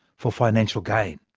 for financial gain.